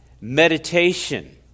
meditation